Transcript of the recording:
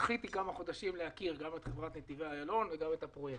זכיתי במשך כמה חודשים להכיר גם את חברת נתיבי איילון וגם את הפרויקט.